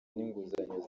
n’inguzanyo